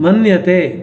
मन्यते